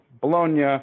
Bologna